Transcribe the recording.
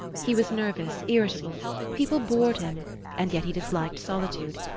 he was nervous, irritable people bored him and yet he disliked solitude.